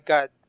God